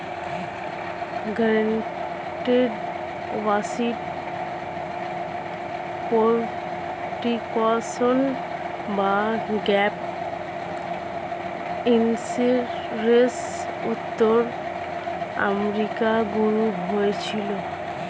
guaranteed asset protection বা GAP insurance উত্তর আমেরিকায় শুরু হয়েছিল